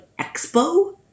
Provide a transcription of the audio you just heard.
expo